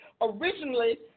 Originally